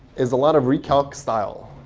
is a lot of recalc style.